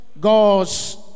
God's